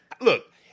Look